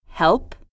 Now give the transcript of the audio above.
Help